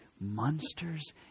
monsters